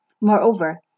Moreover